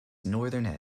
northern